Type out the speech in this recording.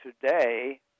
Today